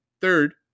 third